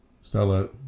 Stella